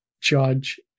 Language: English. judge